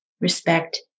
respect